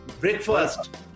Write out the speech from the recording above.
breakfast